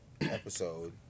episode